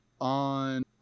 on